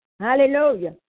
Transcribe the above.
Hallelujah